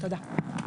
תודה.